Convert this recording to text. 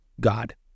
God